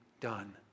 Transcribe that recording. done